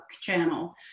channel